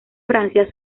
francia